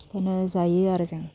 बिदिनो जायो आरो जों